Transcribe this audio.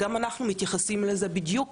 גם אנחנו מתייחסים לזה בדיוק